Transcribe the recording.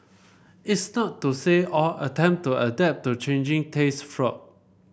it's not to say all attempt to adapt to changing taste flopped